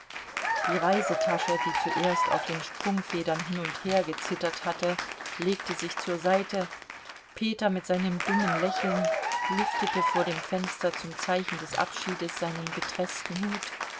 die reisetasche die zuerst auf den sprungfedern hin und her gezittert hatte legte sich zur seite peter mit seinem dummen lächeln lüftete vor dem fenster zum zeichen des abschieds seinen betreßten hut